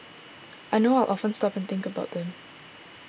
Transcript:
I know I'll often stop and think about them